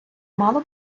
мало